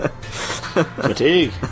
Fatigue